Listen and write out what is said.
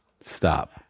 stop